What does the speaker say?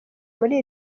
muri